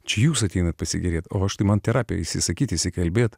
čia jūs ateinat pasigėrėt o aš tai man terapija išsisakyt išsikalbėt